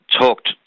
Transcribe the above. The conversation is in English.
talked